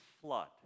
flood